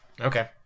Okay